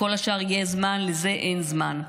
לכל השאר יש זמן, לזה אין זמן.